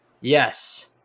yes